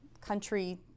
country